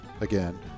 Again